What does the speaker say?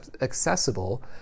accessible